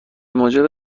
موجب